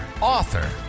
author